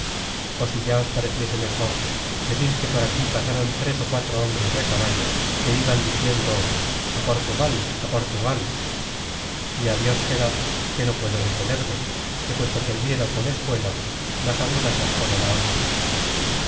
si ya os pareciere mejor decid que por aquí pasaron tres ó cuatro hombres de á caballo que iban content from google book search generated at a diciendo a portugal á portugal y á dios quedad que no puedo detenerme que puesto que el miedo pone espuelas más agudas las pone la honra